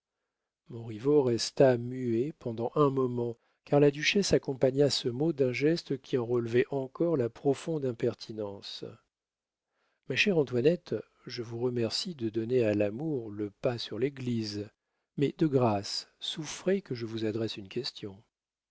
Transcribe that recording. montriveau resta muet pendant un moment car la duchesse accompagna ce mot d'un geste qui en relevait encore la profonde impertinence ma chère antoinette je vous remercie de donner à l'amour le pas sur l'église mais de grâce souffrez que je vous adresse une question